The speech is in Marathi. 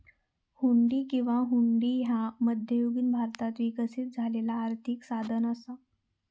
हुंडी किंवा हुंडी ह्या मध्ययुगीन भारतात विकसित झालेला आर्थिक साधन असा